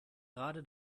gerade